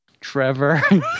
Trevor